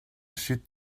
chute